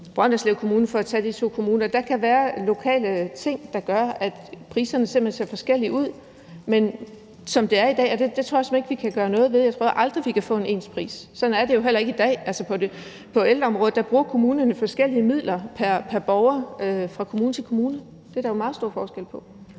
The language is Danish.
Brønderslev Kommune, for at tage de to kommuner, for der kan være lokale ting, der gør, at priserne simpelt hen ser forskellige ud. Men som det er i dag, tror jeg ikke, det er noget, vi kan gøre noget ved, for jeg tror aldrig, vi kan få den samme pris. Sådan er det jo heller ikke i dag. På ældreområdet bruger kommunerne forskellige midler pr. borger fra kommune til kommune, og der kan være meget stor forskel på